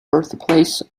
birthplace